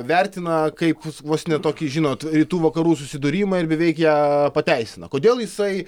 vertina kaip vos ne tokį žinot rytų vakarų susidūrimą ir beveik ją pateisina kodėl jisai